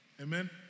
Amen